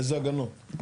איזה הגנות?